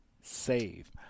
save